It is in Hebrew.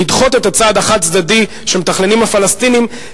לדחות את הצעד החד-צדדי שמתכננים הפלסטינים,